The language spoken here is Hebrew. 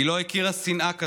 היא לא הכירה שנאה כזאת.